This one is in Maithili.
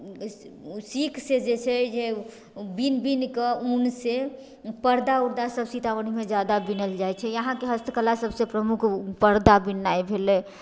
सीकसँ जे छै जे बीन बीनके ऊनसँ पर्दा उर्दा सब सीतामढ़ीमे जादा बीनल जाइ छै यहाँके हस्तकला सबसँ प्रमुख पर्दा बिननाइ भेलै